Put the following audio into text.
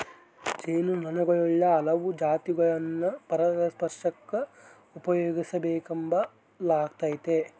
ಜೇನು ನೊಣುಗುಳ ಹಲವು ಜಾತಿಗುಳ್ನ ಪರಾಗಸ್ಪರ್ಷಕ್ಕ ಉಪಯೋಗಿಸೆಂಬಲಾಗ್ತತೆ